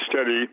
study